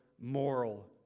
moral